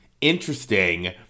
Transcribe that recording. interesting